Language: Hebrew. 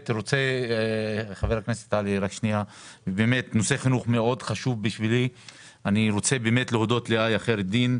נושא החינוך מאוד חשוב לי ואני רוצה להודות לאיה חיראדין,